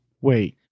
Wait